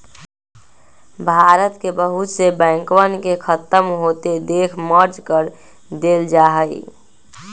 भारत के बहुत से बैंकवन के खत्म होते देख मर्ज कर देयल जाहई